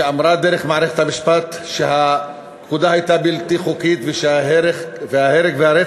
שאמרה דרך מערכת המשפט שהפקודה הייתה בלתי חוקית ושההרג והרצח